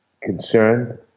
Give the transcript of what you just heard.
concerned